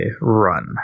run